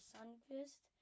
Sunfist